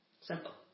simple